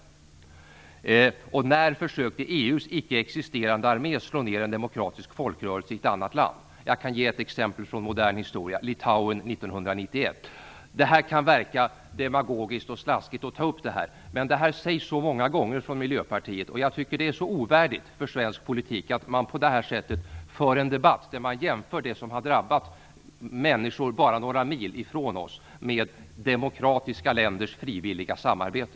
När försökte EU:s icke-existerande armé slå ner en demokratisk folkrörelse i något annat land? Jag kan ge ett exempel från modern historia: Litauen Det kan verka demagogiskt att ta upp detta, men det här sägs så många gånger från Miljöpartiet. Jag tycker att det är ovärdigt för svensk politik att man på det här sättet för en debatt och jämför det som har drabbat människor bara några mil från oss med demokratiska länders frivilliga samarbete.